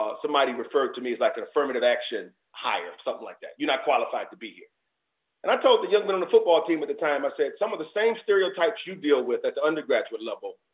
ah somebody referred to me as like an affirmative action hire or something like that. you're not qualified to be here. and i told the young men on the football team at the time, i said, some of the same stereotypes you deal with at the undergraduate level,